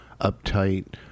uptight